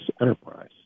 Enterprise